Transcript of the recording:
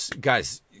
guys